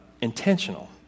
intentional